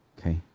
Okay